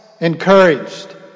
encouraged